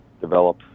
develop –